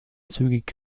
zügig